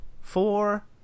four